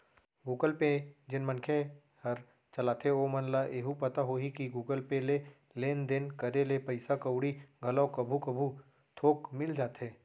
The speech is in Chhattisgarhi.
गुगल पे जेन मनखे हर चलाथे ओमन ल एहू पता होही कि गुगल पे ले लेन देन करे ले पइसा कउड़ी घलो कभू कभू थोक मिल जाथे